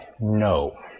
No